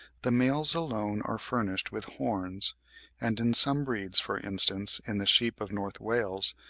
the males alone are furnished with horns and in some breeds, for instance, in the sheep of north wales,